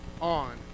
on